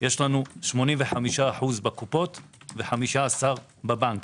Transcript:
יש לנו 85% בקופות ו-15% בבנקים.